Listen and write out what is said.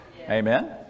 Amen